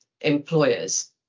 employers